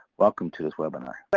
welcome to this webinar. but